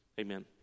amen